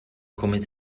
kommit